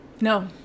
No